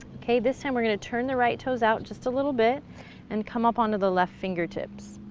okay, this time we're going to turn the right toes out just a little bit and come up on to the left fingertips.